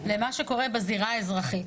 למה שקורה בזירה האזרחית.